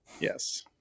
yes